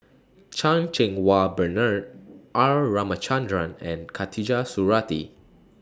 Chan Cheng Wah Bernard R Ramachandran and Khatijah Surattee